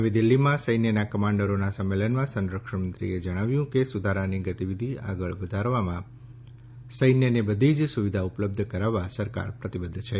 નવી દિલ્હીમાં સૈન્યના કમાન્ડરોના સંમેલનમાં સંરક્ષણમંત્રીએ જણાવ્યું કે સુધારાની ગતિવિધિ આગળ વધારવામાં સૈન્યને બધી જ સુવિધા ઉપલબ્ધ કરાવવા સરકાર પ્રતિબદ્ધ છે